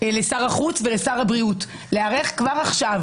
לשר החוץ ולשר הבריאות להיערך כבר עכשיו